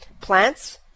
Plants